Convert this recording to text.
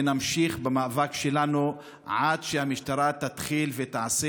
ונמשיך במאבק שלנו עד שהמשטרה תתחיל ותעשה